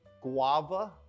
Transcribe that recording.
guava